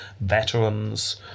veterans